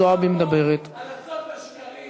ועל החיים שלהם.